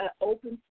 open